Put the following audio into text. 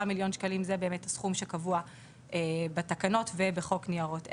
שהוא הסכום שקבוע בתקנות ובחוק ניירות ערך.